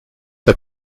der